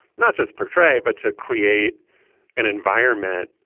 not just portray, but to create an environment